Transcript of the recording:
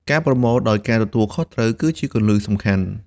ការប្រមូលដោយការទទួលខុសត្រូវគឺជាគន្លឹះសំខាន់។